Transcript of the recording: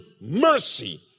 mercy